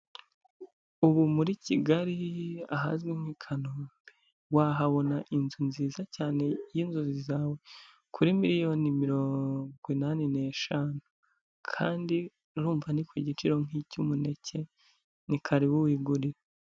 Ubu muri Kigali ahazwi nk'i Kanombe wahabona inzu nziza cyane y'inzozi zawe kuri miliyoni mirongo inani n'eshanu, kandi urumva ni ku giciro nk'icy'umuneke ni karibu wigurire.